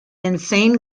insane